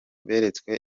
beretswe